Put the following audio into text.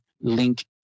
link